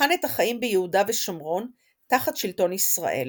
בחן את החיים ביהודה ושומרון תחת שלטון ישראל.